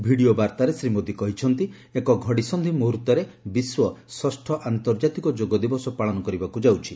video ବାର୍ଭାରେ ଶ୍ରୀ ମୋଦୀ କହିଛନ୍ତି ଏକ ଘଡ଼ିସନ୍ଧି ମୁହର୍ଭରେ ବିଶ୍ୱ ଷଷ ଆନ୍ତର୍କାତିକ ଯୋଗ ଦିବସ ପାଳନ ହେବାକୁ ଯାଉଛି